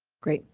great,